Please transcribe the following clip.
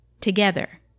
together